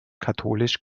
katholisch